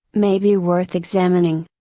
may be worth examining.